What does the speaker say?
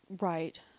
Right